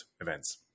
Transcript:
events